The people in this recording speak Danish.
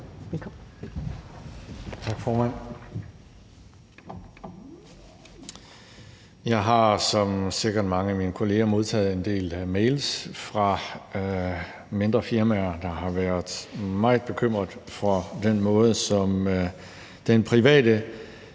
Tak, formand. Jeg har som sikkert mange af mine kolleger modtaget en del mails fra mindre firmaer, der har været meget bekymrede for den måde, som den private